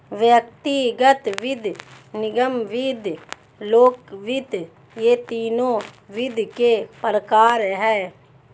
व्यक्तिगत वित्त, निगम वित्त, लोक वित्त ये तीनों वित्त के प्रकार हैं